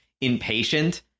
impatient